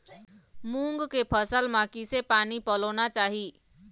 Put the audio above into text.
मूंग के फसल म किसे पानी पलोना चाही?